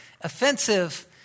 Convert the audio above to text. offensive